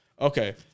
Okay